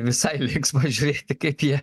visai linksma žiūrėti kiek jie